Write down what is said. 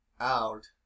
out